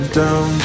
down